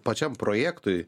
pačiam projektui